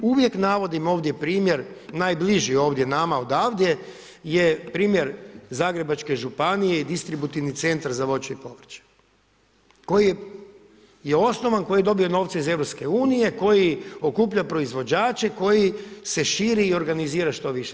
Uvijek navodim ovdje primjer, najbliži ovdje nama odavdje je primjer Zagrebačke županije i distributivni centar za voće i povrće koji je osnovan, koji je dobio novce iz EU, koji okuplja proizvođače, koji se širi i organizira što više.